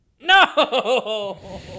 No